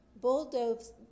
bulldoves